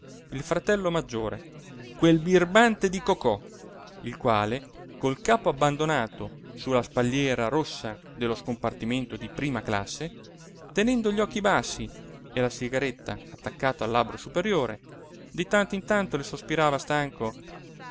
il fratello maggiore quel birbante di cocò il quale col capo abbandonato su la spalliera rossa dello scompartimento di prima classe tenendo gli occhi bassi e la sigaretta attaccata al labbro superiore di tanto in tanto le sospirava stanco